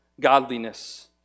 godliness